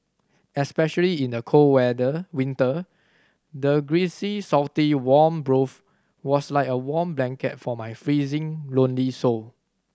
especially in the cold weather winter the greasy salty warm broth was like a warm blanket for my freezing lonely soul